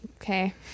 Okay